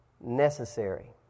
necessary